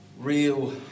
real